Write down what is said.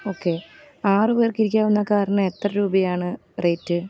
okay ആറ് പേർക്കിരിക്കാവുന്ന കാറിന് എത്ര രൂപയാണ് റേറ്റ്